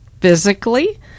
physically